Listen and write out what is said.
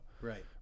Right